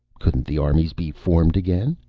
couldn't the armies be formed again?